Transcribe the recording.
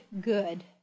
good